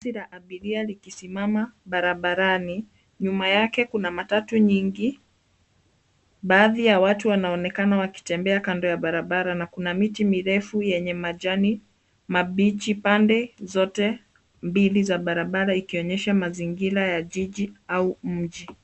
Basi la abiria likisimama barabarani, nyuma yake kuna matatu nyingi, baathi ya watu wanaonekana wakitembea kando ya barabara na kuna miti mirefu yenye majani mabichi pande zote mbili za barabara ikionyesha mazingira ya jiji au mji.